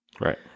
Right